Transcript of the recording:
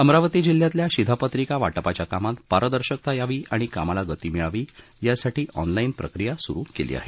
अमरावती जिल्ह्यातल्या शिधापत्रिका वाटपाच्या कामात पारदर्शकाता यावी आणि कामाला गती मिळावी यासाठी ऑनलाईन प्रक्रिया सुरु केली आहे